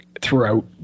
throughout